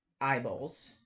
eyeballs